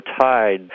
tide